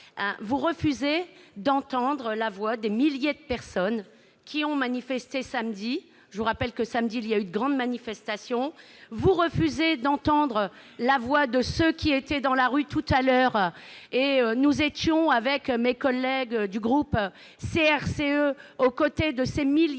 Vous refusez d'entendre la voix des milliers de personnes qui ont manifesté samedi dans de grandes manifestations. Vous refusez d'entendre la voix de ceux qui étaient dans la rue tout à l'heure. Nous étions, avec mes collègues du groupe CRCE, aux côtés de ces milliers de manifestants